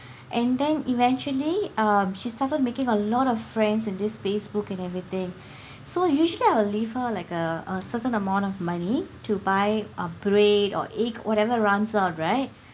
and then eventually uh she started making a lot of friends in this Facebook and everything so usually I will leave her like a a certain amount of money to buy uh bread or egg whatever runs out right